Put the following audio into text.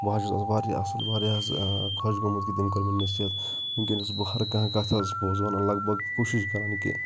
بہٕ حظ چھُس آز واریاہ اَصٕل واریاہ حظ خۄش گوٚمُت کہِ تٔمۍ کٔر مےٚ نصیٖحت وٕنۍکٮ۪ن چھُس بہٕ ہر کانٛہہ کَتھ حظ پوٚز وَنان لگ بگ کوٗشِش کران کہِ